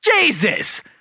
Jesus